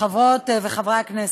חברות וחברי הכנסת,